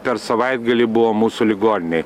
per savaitgalį buvo mūsų ligoninėj